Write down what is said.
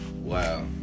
wow